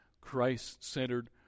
Christ-centered